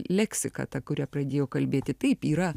leksiką tą kuria pradėjo kalbėti taip yra